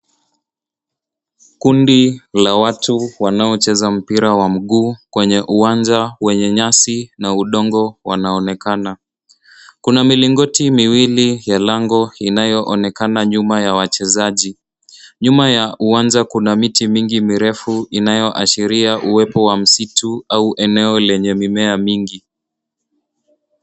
Kundi la watu wanaocheza mpira wa mguu kwenye uwanja wenye nyasi na udongo wanaonekana. Kuna milingoti miwili ya lango inayoonekana nyuma ya wachezaji. Nyuma ya uwanja kuna miti mingi mirefu inayoashiria uwepo wa misitu au eneo lenye mimea mingi.